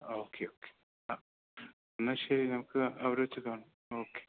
ആ okay okay ആ എന്നാൽ ശരി നമുക്ക് അവിടെ വെച്ച് കാണാം ഓക്കെ